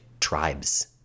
tribes